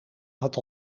had